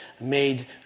made